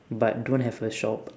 but don't have a shop